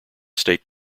state